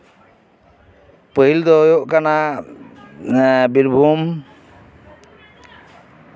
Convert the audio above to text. ᱯᱟᱹᱦᱤᱞ ᱫᱚ ᱦᱩᱭᱩᱜ ᱠᱟᱱᱟ ᱵᱤᱨᱵᱷᱩᱢ